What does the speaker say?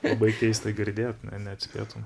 labai keista girdėt na neatspėtum